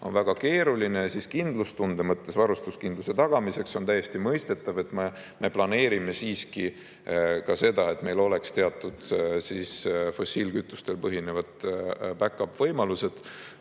on väga keeruline. Kindlustunde mõttes, varustuskindluse tagamiseks on täiesti mõistetav, et me planeerime siiski ka seda, et meil oleks teatud fossiilkütustel põhinevadbackup-võimalused